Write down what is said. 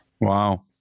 wow